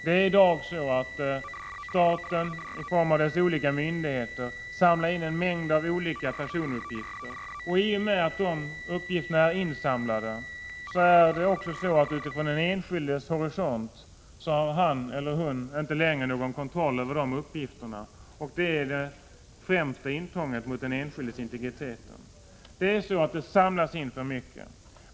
I dag insamlar staten, i form av dess olika myndigheter, en mängd olika personuppgifter. I och med att dessa uppgifter är insamlade har den enskilde från sin horisont ingen kontroll över uppgifterna. Detta är det främsta intrånget mot den enskildes integritet. Det samlas in för mycket.